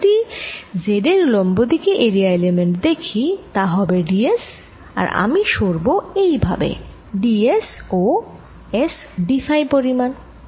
আমি যদি Z এর উলম্ব দিকে এরিয়া এলিমেন্ট দেখি তা হবে d s আর আমি সরব এই ভাবে d s ও S d ফাই পরিমাণ